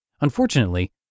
Unfortunately